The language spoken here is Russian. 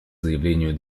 заявлению